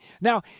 Now